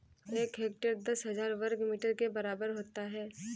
एक हेक्टेयर दस हजार वर्ग मीटर के बराबर होता है